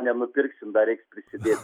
nenupirksim dar reiks prisidėt